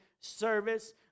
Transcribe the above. service